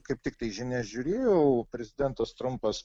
kaip tiktai žinias žiūrėjau prezidentas trumpas